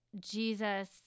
Jesus—